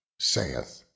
saith